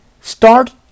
Start